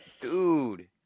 dude